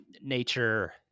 nature